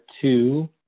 two